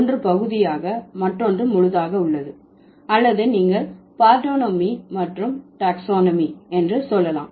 ஒன்று பகுதியாக மற்றொன்று முழுதாக உள்ளது அல்லது நீங்கள் பார்டோனமி மற்றும் டாக்ஸானமி என்று சொல்லாம்